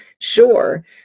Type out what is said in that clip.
sure